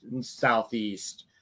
Southeast